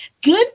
Good